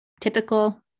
typical